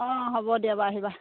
অঁ হ'ব দিয়া বাৰু আহিবা